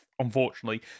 unfortunately